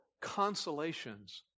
consolations